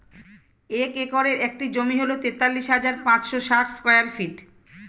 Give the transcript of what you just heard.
এক একরের একটি জমি হল তেতাল্লিশ হাজার পাঁচশ ষাট স্কয়ার ফিট